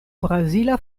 brazila